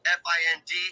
find